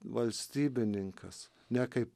valstybininkas nekaip